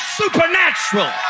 supernatural